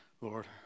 Lord